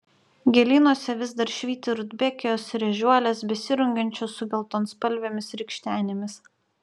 gėlynuose vis dar švyti rudbekijos ir ežiuolės besirungiančios su geltonspalvėmis rykštenėmis